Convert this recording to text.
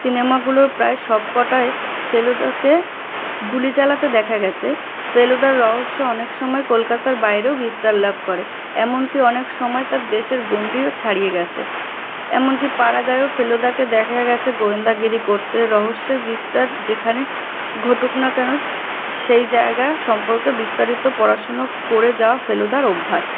সিনেমাগুলোর প্রায় সবকটায় ফেলুদাকে গুলি চালাতে দেখা গেছে ফেলুদার রহস্য অনেক সময় কলকাতার বাইরেও বিস্তার লাভ করে এমনকি অনেক সময় তার দেশের গণ্ডিও ছাড়িয়ে গেছে এমনকি পাড়া গাঁয়েও ফেলুদাকে দেখা গেছে গোয়েন্দাগিরি করতে রহস্যের বিস্তার যেখানে ঘটুকনা কেন সেই জায়গা সম্পর্কে বিস্তারিত পড়াশুনো করে যাওয়া ফেলুদার অভ্যাস